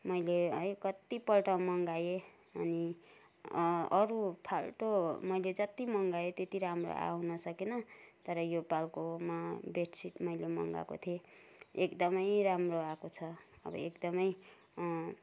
मैले है कत्तिपल्ट मगाए अनि अरू फाल्टो मैले जत्ति मगाए त्यति राम्रो आउन सकेन तर योपालिकोमा बेडसिट मैले मगाएको थिएँ एकदमै राम्रो आएको छ अब एकदमै